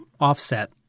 offset